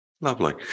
Lovely